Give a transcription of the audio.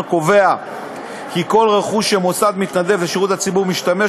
קובע כי כל רכוש שמוסד מתנדב לשירות הציבור משתמש